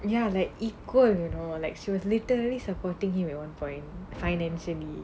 ya like equal you know or like she was literally supporting him at one point financially